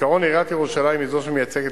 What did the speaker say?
בעיקרון עיריית ירושלים היא זו שמייצגת